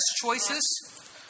choices